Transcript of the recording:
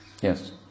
Yes